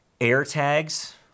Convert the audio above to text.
AirTags